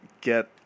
get